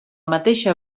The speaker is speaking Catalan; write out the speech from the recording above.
mateixa